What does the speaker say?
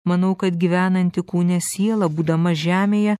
manau kad gyvenanti kūne siela būdama žemėje